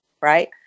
Right